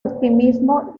optimismo